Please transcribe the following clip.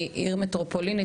שהיא מטרופולין,